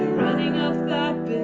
running up that